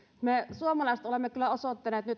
me suomalaiset olemme kyllä osoittaneet nyt